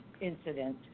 incident